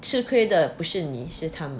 吃亏的不是你是他们